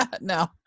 No